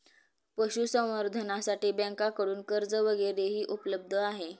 पशुसंवर्धनासाठी बँकांकडून कर्ज वगैरेही उपलब्ध आहे